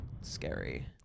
scary